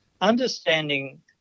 understanding